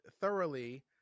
thoroughly